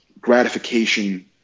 gratification